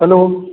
hello